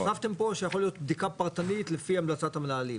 הוספתם פה שיכול להיות בדיקה פרטנית לפי המלצת המנהלים.